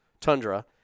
Tundra